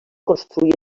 construir